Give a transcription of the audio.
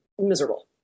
miserable